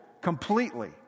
completely